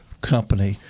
company